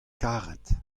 karet